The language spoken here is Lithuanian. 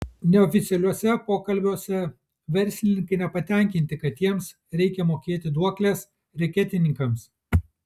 neoficialiuose pokalbiuose verslininkai nepatenkinti kad jiems reikia mokėti duokles reketininkams